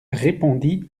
répondit